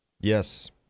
Yes